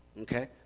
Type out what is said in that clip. okay